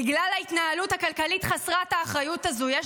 בגלל ההתנהלות הכלכלית חסרת האחריות הזאת,